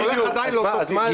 זה הולך עדיין לאותו כיס.